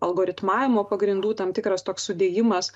algoritmavimo pagrindų tam tikras toks sudėjimas